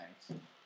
thanks